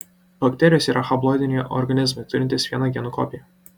bakterijos yra haploidiniai organizmai turintys vieną genų kopiją